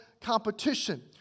competition